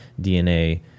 DNA